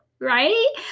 right